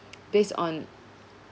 based on